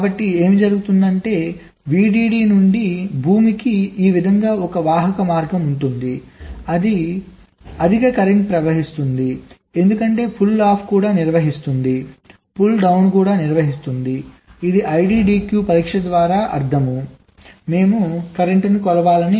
కాబట్టి ఏమి జరుగుతుందంటే VDD నుండి భూమికి ఈ విధంగా ఒక వాహక మార్గం ఉంటుంది అధిక కరెంట్ ప్రవహిస్తుంది ఎందుకంటే పుల్ అప్ కూడా నిర్వహిస్తోంది పుల్ డౌన్ కూడా నిర్వహిస్తుంది ఇది IDDQ పరీక్ష ద్వారా అర్థం మేము కరెంట్ను కొలవాలి